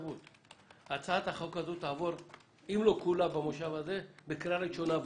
הצעת החוק הזאת תעבור בקריאה ראשונה,